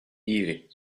ivez